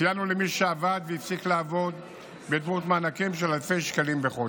סייענו למי שעבד והפסיק לעבוד בדמות מענקים של אלפי שקלים בחודש.